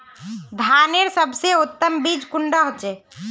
धानेर सबसे उत्तम बीज कुंडा होचए?